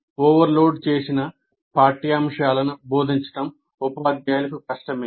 overload చేసిన పాఠ్యాంశాలను బోధించడం ఉపాధ్యాయులకు కష్టమే